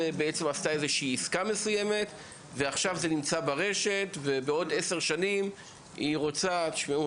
בסוף הדרך להגיע לפרופיל האנונימי ברשת היא ארוכה.